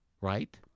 right